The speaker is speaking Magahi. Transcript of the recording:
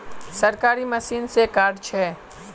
सरकारी मशीन से कार्ड छै?